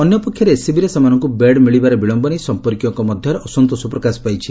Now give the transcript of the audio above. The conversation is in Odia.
ଅନ୍ୟପକ୍ଷରେ ଏସ୍ସିବିରେ ସେମାନଙ୍କୁ ବେଡ୍ ମିଳିବାରେ ବିଳମ୍ୟ ନେଇ ସଂପର୍କୀୟଙ୍କ ମଧ୍ଧରେ ଅସନ୍ତୋଷ ପ୍ରକାଶ ପାଇଛି